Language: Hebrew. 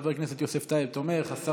את חבר הכנסת יוסף טייב כתומך,